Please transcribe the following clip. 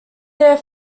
their